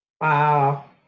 Wow